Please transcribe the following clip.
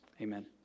amen